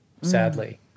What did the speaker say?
sadly